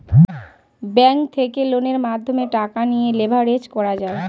bank থেকে লোনের মাধ্যমে টাকা নিয়ে লেভারেজ করা যায়